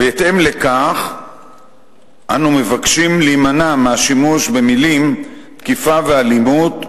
בהתאם לכך אנו מבקשים להימנע מהשימוש במלים "תקיפה ואלימות"